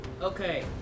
Okay